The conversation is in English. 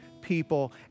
people